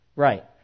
Right